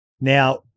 Now